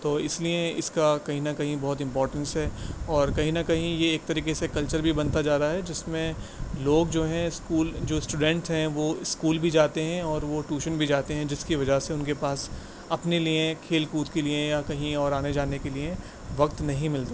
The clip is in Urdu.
تو اس لیے اس کا کہیں نہ کہیں بہت امپورٹینس ہے اور کہیں نہ کہیں یہ ایک طریقے سے کلچر بھی بنتا جا رہا ہے جس میں لوگ جو ہیں اسکول جو اسٹوڈنٹس ہیں وہ اسکول بھی جاتے ہیں اور وہ ٹوشن بھی جاتے ہیں جس کی وجہ سے ان کے پاس اپنے لیے کھیل کود کے لیے یا کہیں اور آنے جانے کے لیے وقت نہیں ملتا